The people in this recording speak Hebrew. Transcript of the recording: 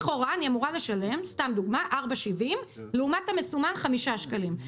לכאורה אני אמורה לשלם 4.70 שקל לעומת המסומנת 5 שקלים.